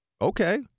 Okay